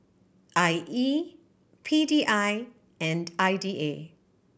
I E P D I and I D A